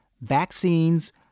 vaccines